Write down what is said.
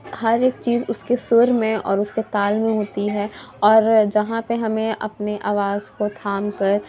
ہر ایک چیز اُس کے سُر میں اور اُس کے تال میں ہوتی ہے اور جہاں پہ ہمیں اپنی آواز کو تھام کر